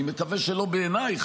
אני מקווה שלא בעינייך,